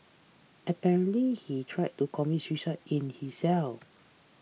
apparently he tried to commit suicide in his cell